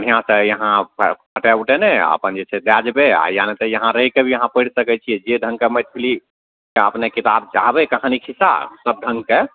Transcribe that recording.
बढ़िआँसँ यहाँ फटय उटय नहि अपन जे छै दए जेबय आओर या नहि तऽ यहाँ रहि कऽ भी अहाँ पढ़ि सकय छियै जे ढङ्गके मैथिली अपने किताब चाहबय कहानी खिस्सा सब ढङ्गके